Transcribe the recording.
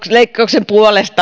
leikkauksen puolesta